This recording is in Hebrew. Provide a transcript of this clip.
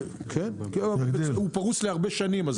הוא פרוס להרבה שנים.